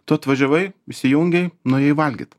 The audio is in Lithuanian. tu atvažiavai įsijungei nuėjai valgyt